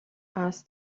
asked